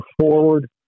forward